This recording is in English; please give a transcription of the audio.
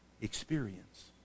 experience